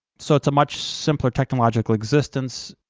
so it's a much simpler technological existence.